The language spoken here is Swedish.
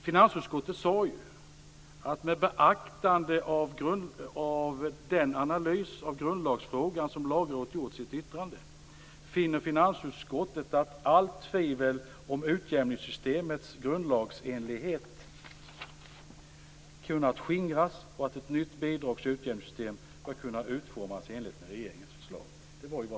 Finansutskottet sade: Med beaktande av den analys av grundlagsfrågan som Lagrådet gjort i sitt yttrande finner finansutskottet att allt tvivel om utjämningssystemets grundlagsenlighet kunnat skingras och att ett nytt bidrags och utjämningssystem bör kunna utformas i enlighet med regeringens förslag.